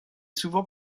souvent